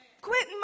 Quit